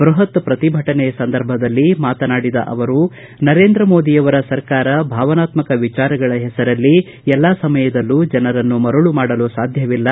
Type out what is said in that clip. ಬೃಹತ್ ಪ್ರತಿಭಟನೆಯ ಸಂದರ್ಭದಲ್ಲಿ ಮಾತನಾಡಿದ ಅವರು ನರೇಂದ್ರ ಮೋದಿಯವರ ಸರ್ಕಾರ ಭಾವನಾತ್ನಕ ವಿಚಾರಗಳ ಹೆಸರಲ್ಲಿ ಎಲ್ಲಾ ಸಮಯದಲ್ಲೂ ಜನರನ್ನು ಮರುಳು ಮಾಡಲು ಸಾಧ್ಯವಿಲ್ಲ